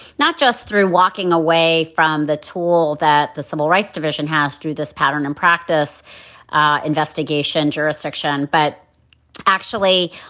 not just through walking away from the tool that the civil rights division has through this pattern and practice investigation jurisdiction. but actually,